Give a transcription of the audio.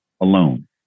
alone